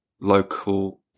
local